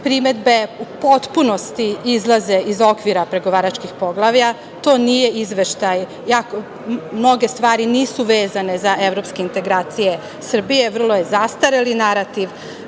Primedbe u potpunosti izlazi iz okvira pregovaračkih poglavlja. To nije izveštaj. Mnoge stvari nisu vezane za Evropske integracije Srbije. Vrlo je zastareli naprotiv,